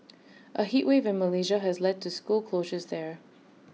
A heat wave in Malaysia has led to school closures there